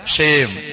Shame